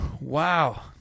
Wow